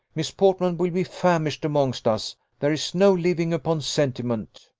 miss portman will be famished amongst us there is no living upon sentiment.